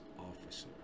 Officer